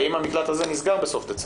האם המקלט הזה נסגר בסוף דצמבר?